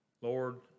lord